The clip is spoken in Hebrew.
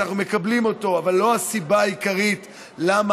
שאנחנו מקבלים אותו אבל לא הסיבה העיקרית למה